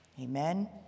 Amen